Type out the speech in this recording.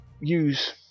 use